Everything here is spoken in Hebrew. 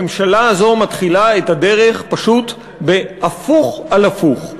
הממשלה הזאת מתחילה את הדרך פשוט בהפוך על הפוך,